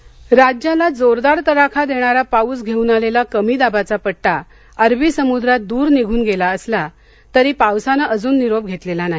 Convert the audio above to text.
हवामान राज्याला जोरदार तडाखा देणारा पाऊस घेऊन आलेला कमी दाबाचा पट्टा अरबी समुद्रात दुर निघून गेला असला तरी पावसानं अजून निरोप घेतलेला नाही